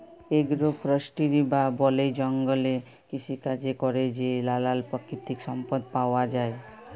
agro forestry বা বলে জঙ্গলে কৃষিকাজে ক্যরে যে লালাল পাকিতিক সম্পদ পাউয়া যায়